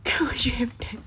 cause you have to